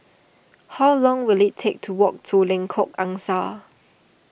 how long will it take to walk to Lengkok Angsa